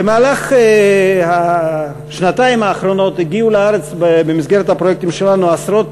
במהלך השנתיים האחרונות הגיעו לארץ במסגרת הפרויקטים שלנו עשרות,